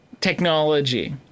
technology